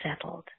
settled